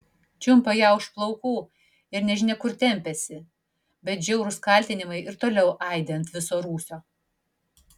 čiumpa ją už plaukų ir nežinia kur tempiasi bet žiaurūs kaltinimai ir toliau aidi ant viso rūsio